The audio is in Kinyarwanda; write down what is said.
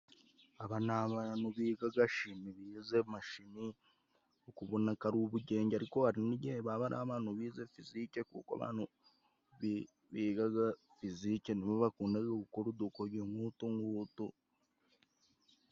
Aba ni abantu bigaga shimi, bize amashimi ubona ko ari ubugenge ariko hari n'igihe baba ari abantu bize fizike kuko abantu bigaga fisike nibo bakundaga gukora udukoryo nk'utu ng'utu.